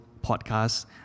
podcast